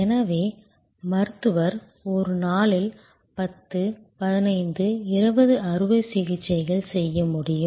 எனவே மருத்துவர் ஒரு நாளில் 10 15 20 அறுவை சிகிச்சைகள் செய்ய முடியும்